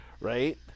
Right